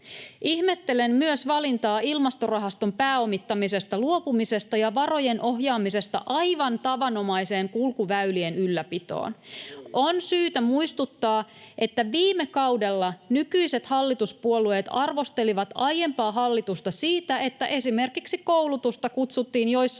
Ihmettelen myös valintaa Ilmastorahaston pääomittamisesta luopumisesta ja varojen ohjaamisesta aivan tavanomaiseen kulkuväylien ylläpitoon. [Hannu Hoskonen: Oikein!] On syytä muistuttaa, että viime kaudella nykyiset hallituspuolueet arvostelivat aiempaa hallitusta siitä, että esimerkiksi koulutusta kutsuttiin joissain